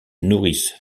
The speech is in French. nourrissent